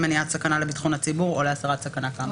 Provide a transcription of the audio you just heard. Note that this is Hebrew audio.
מניעת סכנה לביטחון הציבור או להסרת סכנה כאמור".